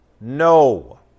No